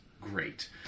great